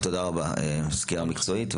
תודה רבה על הסקירה המקצועית,